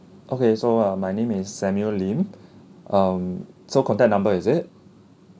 okay so uh my name is samuel lim um so contact number is it